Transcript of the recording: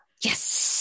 Yes